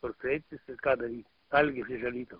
kur kreiptis ir ką dary algis iš alytau